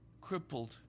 crippled